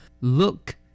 Look